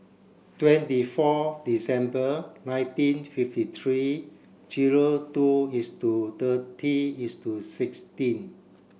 twenty four December nineteen fifty three zero two is to thirty is to sixteen